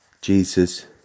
Jesus